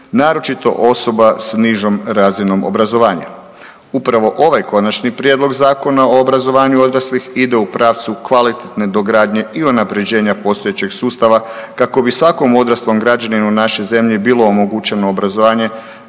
naročito osoba s nižom razinom obrazovanja. Upravo ovaj Konačni prijedlog Zakona o obrazovanju odraslih ide u pravcu kvalitetne dogradnje i unaprjeđenja postojećeg sustava, kako bi svakom odraslom građaninu naše zemlje bilo omogućeno obrazovanje